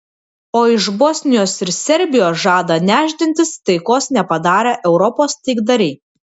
o iš bosnijos ir serbijos žada nešdintis taikos nepadarę europos taikdariai